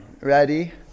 Ready